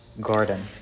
garden